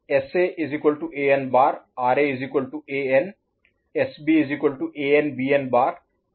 तो S A N बार है